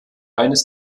eines